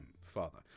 father